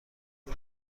پلو